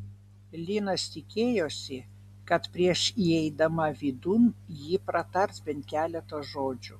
linas tikėjosi kad prieš įeidama vidun ji pratars bent keletą žodžių